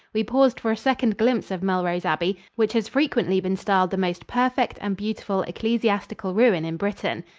we paused for a second glimpse of melrose abbey, which has frequently been styled the most perfect and beautiful ecclesiastical ruin in britain.